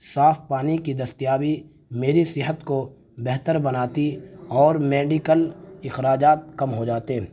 صاف پانی کی دستیابی میری صحت کو بہتر بناتی اور میڈیکل اخراجات کم ہو جاتے